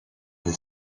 the